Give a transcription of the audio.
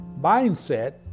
Mindset